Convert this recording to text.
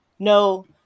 No